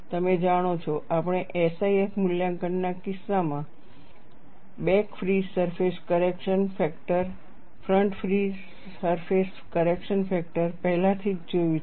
તમે જાણો છો આપણે SIF મૂલ્યાંકનના કિસ્સામાં back free surface correction factor front free surface correction factor પહેલાથી જ જોયું છે